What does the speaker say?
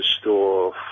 store